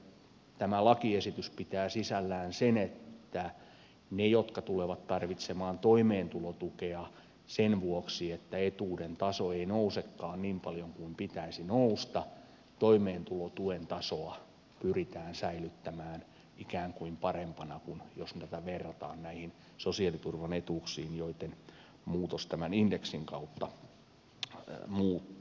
toisekseen tämä lakiesitys pitää sisällään sen että niiden jotka tulevat tarvitsemaan toimeentulotukea sen vuoksi että etuuden taso ei nousekaan niin paljon kuin pitäisi nousta toimeentulotuen tasoa pyritään säilyttämään ikään kuin parempana kuin jos sitä verrataan näihin sosiaaliturvan etuuksiin joitten muutos tämän indeksin kautta muuttuu